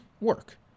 work